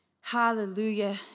Hallelujah